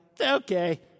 Okay